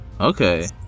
okay